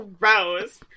gross